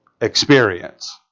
Experience